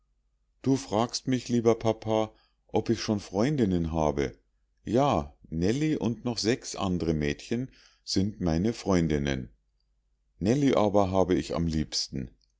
du fragst mich lieber papa ob ich schon freundinnen habe ja nellie und noch sechs andre mädchen sind meine freundinnen nellie aber habe ich am liebsten